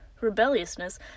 Rebelliousness